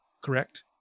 correct